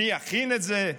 מי יכין את זה,